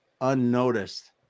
unnoticed